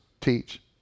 teach